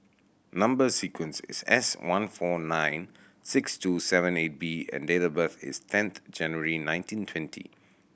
number sequence is S one four nine six two seven eight B and date of birth is tenth January nineteen twenty